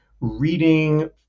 reading